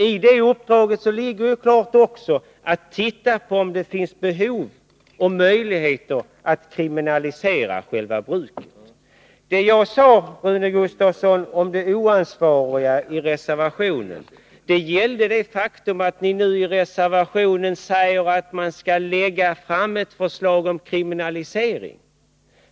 I det uppdraget ingår också att se på om det finns behov av och möjligheter att kriminalisera själva bruket. Det oansvariga i reservationen, Rune Gustavsson, gäller det faktum att ni i reservationen säger att man skall lägga fram ett förslag om kriminalisering.